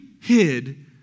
hid